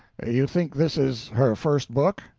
you think this is her first book?